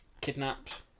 kidnapped